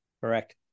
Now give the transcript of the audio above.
Correct